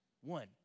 One